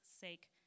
sake